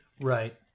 right